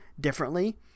differently